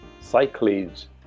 Cyclades